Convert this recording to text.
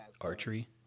archery